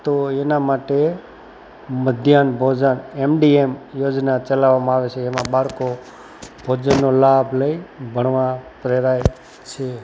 તો એના માટે મધ્યાહન ભોજન એમડીએમ યોજના ચલાવવામાં આવે છે એમાં બાળકો ભોજનનો લાભ લઈ ભણવા પ્રેરાય છે